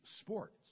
sports